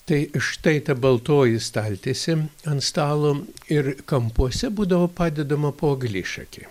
tai štai ta baltoji staltiesė ant stalo ir kampuose būdavo padedama po eglišakį